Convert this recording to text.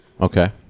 Okay